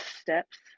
steps